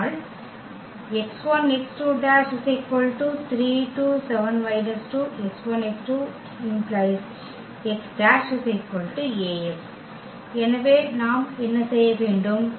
அதனால் எனவே நாம் என்ன செய்ய வேண்டும்